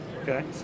Okay